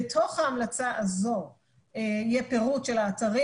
בתוך ההמלצה הזאת יהיה פירוט של האתרים,